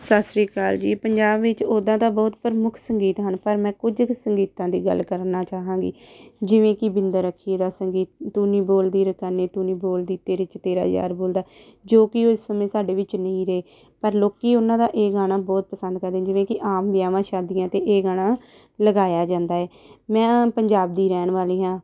ਸਤਿ ਸ਼੍ਰੀ ਅਕਾਲ ਜੀ ਪੰਜਾਬ ਵਿੱਚ ਉਦਾਂ ਤਾਂ ਬਹੁਤ ਪ੍ਰਮੁੱਖ ਸੰਗੀਤ ਹਨ ਪਰ ਮੈਂ ਕੁਝ ਕੁ ਸੰਗੀਤਾਂ ਦੀ ਗੱਲ ਕਰਨਾ ਚਾਹਾਂਗੀ ਜਿਵੇਂ ਕਿ ਬਿੰਦਰਖੀਏ ਦਾ ਸੰਗੀਤ ਤੂੰ ਨੀ ਬੋਲਦੀ ਰਕਾਨੇ ਤੂੰ ਨੀ ਬੋਲਦੀ ਤੇਰੇ 'ਚ ਤੇਰਾ ਯਾਰ ਬੋਲਦਾ ਜੋ ਕਿ ਉਹ ਇਸ ਸਮੇਂ ਸਾਡੇ ਵਿੱਚ ਨਹੀਂ ਰਹੇ ਪਰ ਲੋਕ ਉਹਨਾਂ ਦਾ ਇਹ ਗਾਣਾ ਬਹੁਤ ਪਸੰਦ ਕਰਦੇ ਜਿਵੇਂ ਕਿ ਆਮ ਵਿਆਹਾਂ ਸ਼ਾਦੀਆਂ 'ਤੇ ਇਹ ਗਾਣਾ ਲਗਾਇਆ ਜਾਂਦਾ ਹੈ ਮੈਂ ਪੰਜਾਬ ਦੀ ਰਹਿਣ ਵਾਲੀ ਹਾਂ